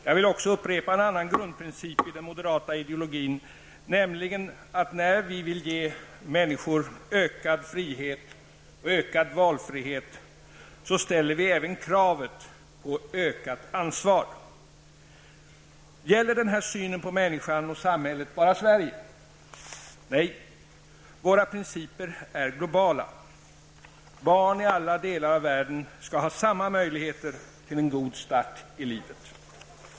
Jag vill också upprepa en annan grundprincip i den moderata ideologin, nämligen att när vi vill ge människor ökad frihet och ökad valfrihet, ställer vi även krav på ökat ansvar. Gäller den här synen på människan och samhället bara Sverige? Nej, våra principer är globala. Barn i alla delar av världen skall ha samma möjligheter till en god start i livet.